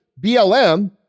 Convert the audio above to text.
BLM